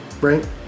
right